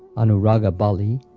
anuraga-balli,